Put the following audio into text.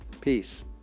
Peace